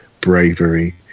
bravery